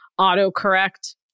autocorrect